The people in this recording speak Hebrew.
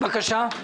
בבקשה.